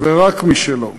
ורק משלו,